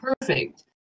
perfect